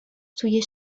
توی